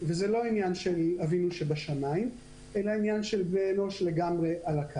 וזה לא עניין של אבינו שבשמיים אלא של בני אנוש על הקרקע